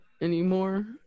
anymore